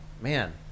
Man